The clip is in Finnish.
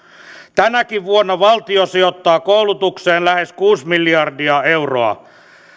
tänäkin vuonna valtio sijoittaa koulutukseen lähes kuusi miljardia euroa